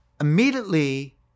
immediately